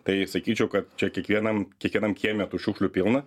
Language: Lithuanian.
tai sakyčiau kad čia kiekvienam kiekvienam kieme tų šiukšlių pilna